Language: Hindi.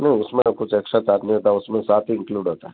नहीं उसमें तो कुछ एक्स्ट्रा चार्ज नहीं होता उसमें साथ ही इन्क्लूड होता है